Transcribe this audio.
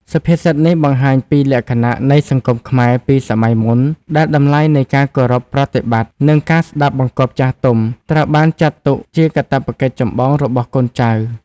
សុភាសិតនេះបង្ហាញពីលក្ខណៈនៃសង្គមខ្មែរពីសម័យមុន ដែលតម្លៃនៃការគោរពប្រតិបត្តិ និងការស្តាប់បង្គាប់ចាស់ទុំ ត្រូវបានចាត់ទុកជាកាតព្វកិច្ចចម្បងរបស់កូនចៅ។